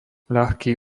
ľahký